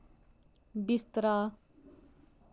बिस्तरा